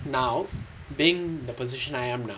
now being the position I am now